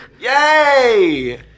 Yay